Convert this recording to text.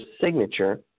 signature